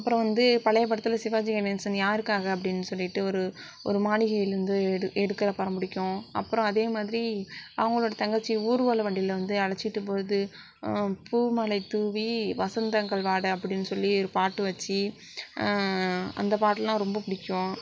அப்றம் வந்து பழைய படத்தில் சிவாஜிகணேசன் யாருக்காக அப்படினு சொல்லிட்டு ஒரு ஒரு மாளிகையில் இருந்து எடு எடுக்கிற படம் பிடிக்கும் அப்புறம் அதே மாதிரி அவங்களோட தங்கச்சி ஊர்வலம் வண்டியில் வந்து அழைச்சிட்டு போகிறது பூமழை தூவி வசந்தங்கள் வாட அப்படினு சொல்லி ஒரு பாட்டு வச்சு அந்த பாட்டுலாம் ரொம்ப பிடிக்கும்